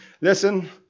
Listen